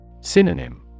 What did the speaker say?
Synonym